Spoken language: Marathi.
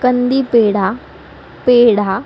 कंदी पेढा पेढा